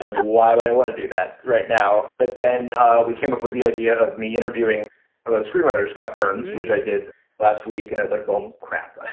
why would i want to do that right now? but then we came up with the idea of me interviewing screenwriter scott burns, which i did last week, and is like, well, um crap. ah